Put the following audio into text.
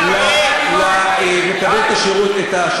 מכרת אוכלוסייה שלמה.